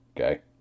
Okay